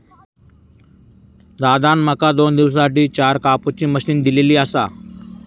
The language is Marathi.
दादान माका दोन दिवसांसाठी चार कापुची मशीन दिलली आसा